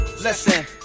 Listen